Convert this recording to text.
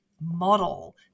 model